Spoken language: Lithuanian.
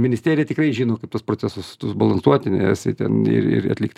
ministerija tikrai žino kaip tuos procesus balansuoti nes jie ten ir ir atlikti